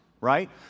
right